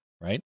right